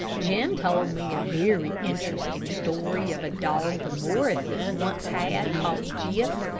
jim told me a very interesting story of a dog the morrises once had, called gyp,